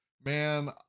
Man